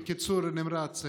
בקיצור נמרץ.